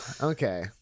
okay